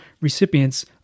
recipients